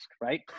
right